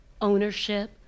ownership